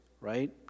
right